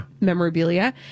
memorabilia